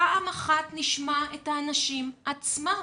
פעם אחת נשמע את האנשים עצמם.